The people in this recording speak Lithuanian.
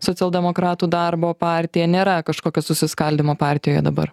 socialdemokratų darbo partija nėra kažkokio susiskaldymo partijoje dabar